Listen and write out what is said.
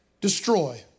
destroy